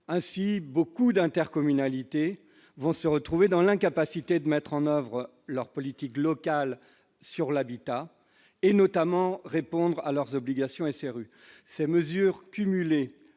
ainsi beaucoup d'intercommunalités vont se retrouver dans l'incapacité de mettre en oeuvre leur politique local sur l'habitat et notamment répondre à leurs obligations SRU ces mesures cumulées